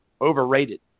overrated